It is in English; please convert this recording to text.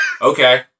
Okay